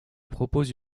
propose